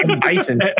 Bison